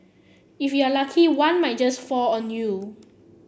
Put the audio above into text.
if you're lucky one might just fall on you